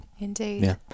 Indeed